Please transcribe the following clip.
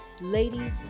ladies